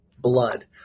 Blood